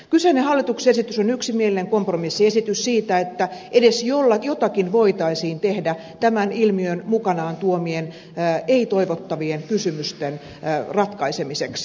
kyseinen hallituksen esitys on yksimielinen kompromissiesitys siitä että edes jotakin voitaisiin tehdä tämän ilmiön mukanaan tuomien ei toivottavien kysymysten ratkaisemiseksi